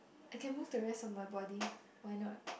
I can move the rest of my body why not